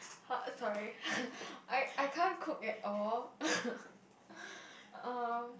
ha sorry I I can't cook at all um